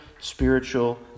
spiritual